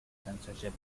censorship